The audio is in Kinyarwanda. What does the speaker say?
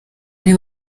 ari